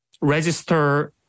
register